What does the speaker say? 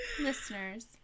Listeners